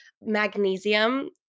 Magnesium